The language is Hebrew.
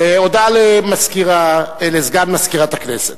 הודעה לסגן מזכירת הכנסת.